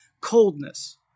coldness